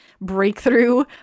breakthrough